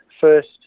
first